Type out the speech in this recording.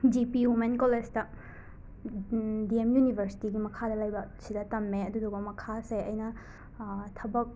G P women ꯀꯣꯂꯦꯁꯇ D M ꯌꯨꯅꯤꯕꯔꯁꯤꯇꯤꯒꯤ ꯃꯈꯥꯗ ꯂꯩꯕ ꯁꯤꯗ ꯇꯝꯃꯦ ꯑꯗꯨꯗꯨꯒ ꯃꯈꯥꯁꯦ ꯑꯩꯅ ꯊꯕꯛ